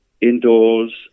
indoors